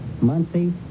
Muncie